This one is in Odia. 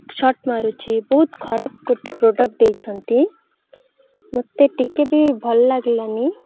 ସକ୍ ମାରୁଛିି ବହୁତ ଖରାପ ଗୋଟେ ପ୍ରଡ଼କ୍ଟ ଦେଇଛନ୍ତି ମୋତେ ଟିକିଏ ବି ଭଲ ଲାଗିଲାନି